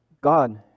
God